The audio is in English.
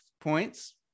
points